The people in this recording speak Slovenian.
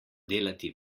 delati